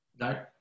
No